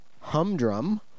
humdrum